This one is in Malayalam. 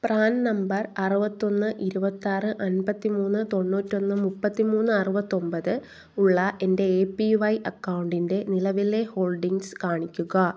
പ്രാൻ നമ്പർ അറുപത്തി ഒന്ന് ഇരുപത്തി ആറ് അമ്പത്തി മൂന്ന് തൊണ്ണൂറ്റി ഒന്ന് മുപ്പത്തി മൂന്ന് അറുപത്തി ഒൻപത് ഉള്ള എൻ്റെ എ പി വൈ അക്കൗണ്ടിൻ്റെ നിലവിലെ ഹോൾഡിംഗ്സ് കാണിക്കുക